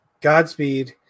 Godspeed